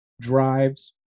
drives